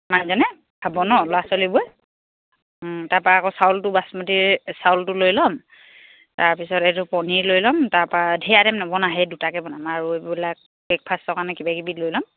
মানুহজনে খাব নহ্ ল'ৰা ছোৱালীবোৰে তাৰপৰা আকৌ চাউলটো বাচমতি চাউলটো লৈ ল'ম তাৰপিছত এইটো পনীৰ লৈ ল'ম তাৰপৰা ধেৰ আইটেম নবনাও সেই দুটাকে বনাম আৰু এইবিলাক ব্ৰেকফাষ্টৰ কাৰণে কিবা কিবি লৈ ল'ম